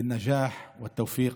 נג'אח ותאופיק,)